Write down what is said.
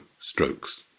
strokes